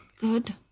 good